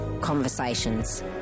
Conversations